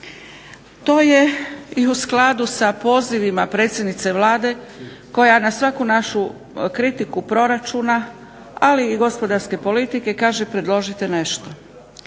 To je i u skladu sa pozivima predsjednice Vlade koja na svaku našu kritiku proračuna, ali i gospodarske politike kaže predložite nešto.